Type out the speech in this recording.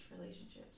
relationships